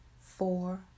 four